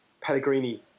Pellegrini